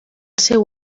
seu